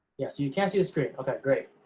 yeah, so you can see the screen, okay, great.